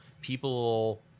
people